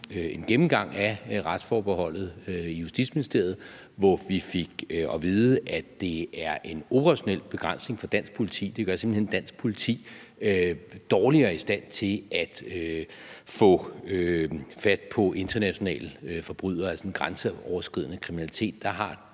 en gennemgang af retsforbeholdet i Justitsministeriet, hvor vi fik at vide, at det er en operationel begrænsning for dansk politi; det gør simpelt hen dansk politi dårligere i stand til at få fat på internationale forbrydere, altså ved grænseoverskridende kriminalitet oplever dansk